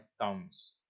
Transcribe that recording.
thumbs